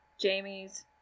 Jamie's